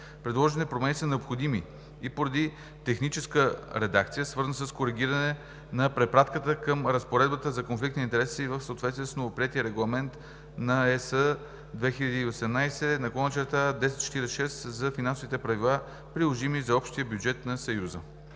Предложените промени са необходими и поради техническа редакция, свързана с коригиране на препратката към разпоредбата за конфликт на интереси в съответствие с новоприетия Регламент на ЕС 2018/1046 за финансовите правила, приложими за общия бюджет на Съюза.